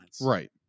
Right